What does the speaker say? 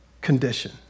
condition